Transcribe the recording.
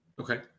Okay